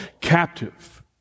captive